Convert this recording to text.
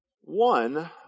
One